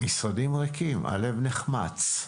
משרדים ריקים, הלב נחמץ.